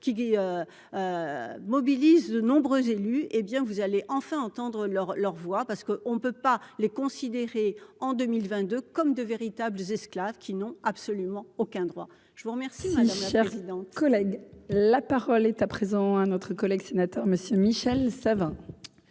qui mobilise de nombreux élus, hé bien vous allez enfin entendre leur leur voix parce que on ne peut pas les considérer en 2022 comme de véritables esclaves qui n'ont absolument aucun droit, je vous remercie madame. Collègue, la parole est à présent un autre collègue sénateur Monsieur Michel Savin.